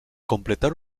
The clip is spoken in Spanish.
completar